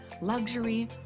luxury